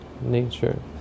nature